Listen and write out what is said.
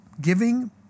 giving